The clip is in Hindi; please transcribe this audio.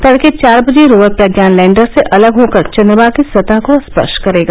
तड़के चार बजे रोवर प्रज्ञान लैंडर से अलग होकर चन्द्रमा की सतह को स्पर्श करेगा